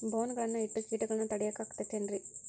ಬೋನ್ ಗಳನ್ನ ಇಟ್ಟ ಕೇಟಗಳನ್ನು ತಡಿಯಾಕ್ ಆಕ್ಕೇತೇನ್ರಿ?